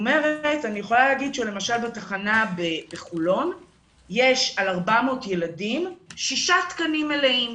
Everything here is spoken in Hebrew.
אני יכולה להגיד שלמשל בתחנה בחולון יש על 400 ילדים שישה תקנים מלאים